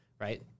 right